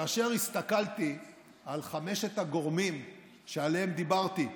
כאשר הסתכלתי על חמשת הגורמים שעליהם דיברתי,